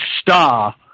star